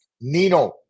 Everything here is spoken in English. Nino